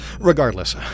Regardless